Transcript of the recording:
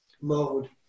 mode